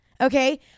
okay